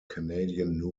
canadian